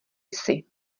jsi